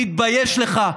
תתבייש לך.